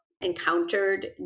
encountered